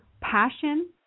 passion